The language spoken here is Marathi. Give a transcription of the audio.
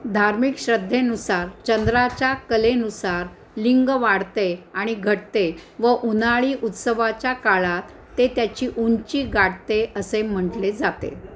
धार्मिक श्रद्धेनुसार चंद्राच्या कलेनुसार लिंग वाढते आणि घटते व उन्हाळी उत्सवाच्या काळात ते त्याची उंची गाठते असे म्हटले जाते